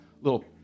little